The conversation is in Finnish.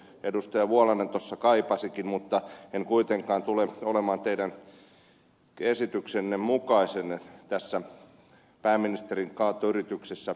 vuolanne tuossa kaipasikin mutta en kuitenkaan tule toimimaan teidän esityksenne mukaisesti tässä pääministerin kaatoyrityksessä